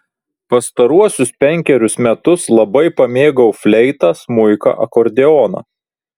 pastaruosius penkerius metus labai pamėgau fleitą smuiką akordeoną